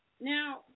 Now